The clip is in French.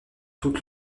toute